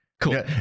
Cool